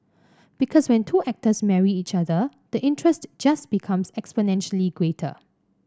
because when two actors marry each other the interest just becomes exponentially greater